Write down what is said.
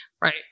right